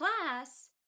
class